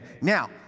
Now